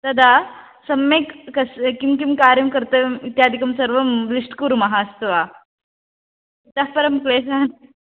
तदा सम्यक् कस् किं किं कार्यं कर्तव्यं इत्यादिकं सर्वं लिस्ट् कुर्मः अस्तु वा इतःपरं क्लेशः